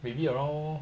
maybe around